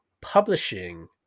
publishing